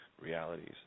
realities